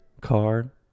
car